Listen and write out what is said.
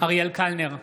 אריאל קלנר,